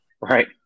Right